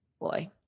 boy